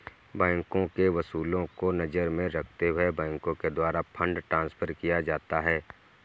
बैंकों के उसूलों को नजर में रखते हुए बैंकों के द्वारा फंड ट्रांस्फर किया जाता है